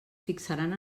fixaran